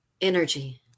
energy